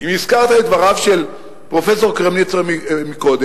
אם הזכרת את דבריו של פרופסור קרמניצר מקודם,